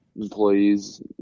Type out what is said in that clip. employees